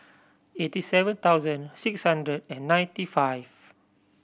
eighty seven thousand six hundred and ninety five